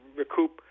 recoup